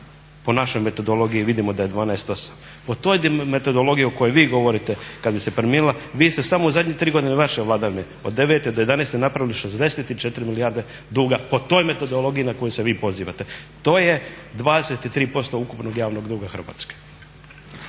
po našoj metodologiji vidimo da je 12,8. O toj metodologiji o kojoj vi govorite kad bi se promijenila, vi se samo u zadnje 3 godine vaše vladavine od 2009.do 2011. napravili 64 milijarde duga po toj metodologiji na koju se vi pozivate. To je 23% ukupnog javnog duga Hrvatske.